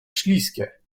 śliskie